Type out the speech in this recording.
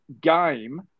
game